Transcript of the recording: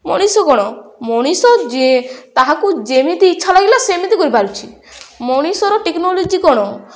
ମଣିଷ କ'ଣ ମଣିଷ ଯେ ତାହାକୁ ଯେମିତି ଇଚ୍ଛା ଲାଗିଲା ସେମିତି କରିପାରୁଛିି ମଣିଷର ଟେକ୍ନୋଲୋଜି କ'ଣ